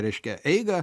reiškia eigą